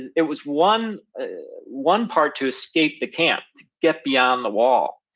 it was one one part to escape the camp, to get beyond the wall,